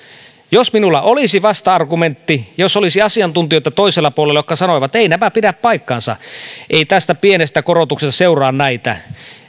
jos minulla olisi vasta argumentti jos olisi asiantuntijoita toisella puolella jotka sanoivat etteivät nämä pidä paikkaansa ei tästä pienestä korotuksesta seuraa näitä